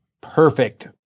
perfect